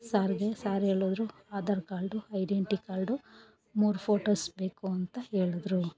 ಸರ್ಗೆ ಸರ್ ಹೇಳದ್ರು Aadhaar card identity card ಮೂರು ಫೋಟೋಸ್ ಬೇಕು ಅಂತ ಹೇಳಿದ್ರು